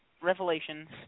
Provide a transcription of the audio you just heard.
Revelations